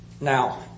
Now